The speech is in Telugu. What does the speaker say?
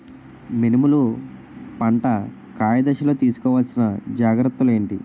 మినుములు పంట కాయ దశలో తిస్కోవాలసిన జాగ్రత్తలు ఏంటి?